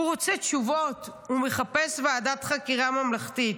הוא רוצה תשובות, הוא מחפש ועדת חקירה ממלכתית.